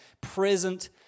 present